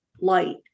light